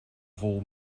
vol